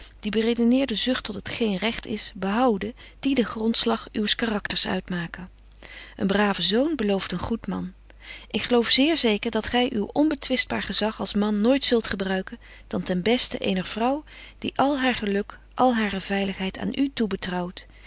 die beredeneerde zucht tot het geen recht is behouden die den grondslag betje wolff en aagje deken historie van mejuffrouw sara burgerhart uws karakters uitmaken een brave zoon belooft een goed man ik geloof zeer zeker dat gy uw onbetwistbaar gezag als man nooit zult gebruiken dan ten besten eener vrouw die al haar geluk al hare veiligheid aan u